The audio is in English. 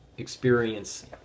experience